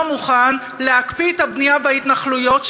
לא מוכן להקפיא את הבנייה בהתנחלויות,